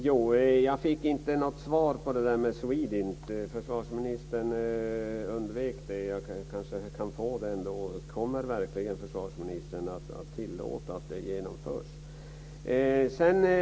Herr talman! Jag fick inte något svar på frågan om SWEDINT. Försvarsministern undvek den. Jag kanske ändå kan få ett svar på om försvarsministern verkligen kommer att tillåta att omlokaliseringen genomförs.